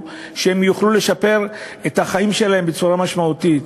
יוכלו לשפר את החיים שלהם בצורה משמעותית.